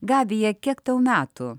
gabija kiek tau metų